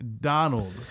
Donald